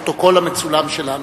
הפרוטוקול המצולם שלנו,